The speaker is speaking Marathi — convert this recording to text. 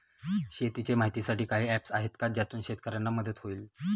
शेतीचे माहितीसाठी काही ऍप्स आहेत का ज्यातून शेतकऱ्यांना मदत होईल?